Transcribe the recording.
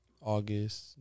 August